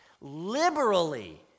liberally